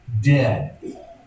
Dead